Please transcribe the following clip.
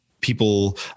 people